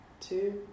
two